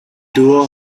duo